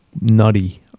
nutty